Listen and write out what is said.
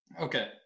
Okay